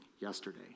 yesterday